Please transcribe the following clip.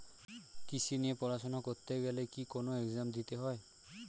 কৃষি নিয়ে পড়াশোনা করতে গেলে কি কোন এগজাম দিতে হয়?